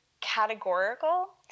categorical